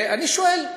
אני שואל,